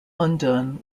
undone